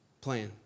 plan